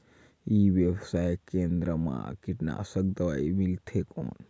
ई व्यवसाय केंद्र मा कीटनाशक दवाई मिलथे कौन?